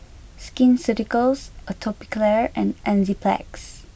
Skin Ceuticals Atopiclair and Enzyplex